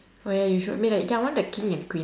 oh ya you showed me right K I want the king and queen